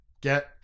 get